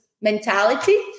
mentality